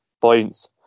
points